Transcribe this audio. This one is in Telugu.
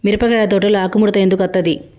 మిరపకాయ తోటలో ఆకు ముడత ఎందుకు అత్తది?